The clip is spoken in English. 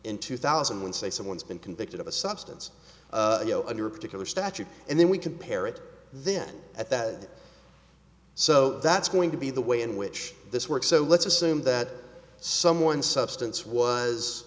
in two thousand when say someone's been convicted of a substance you know under a particular statute and then we compare it then at that so that's going to be the way in which this works so let's assume that someone substance was